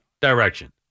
direction